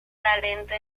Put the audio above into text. talento